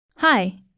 Hi